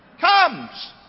comes